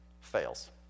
fails